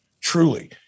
truly